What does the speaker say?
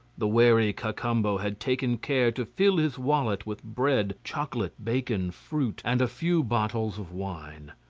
the wary cacambo had taken care to fill his wallet with bread, chocolate, bacon, fruit, and a few bottles of wine.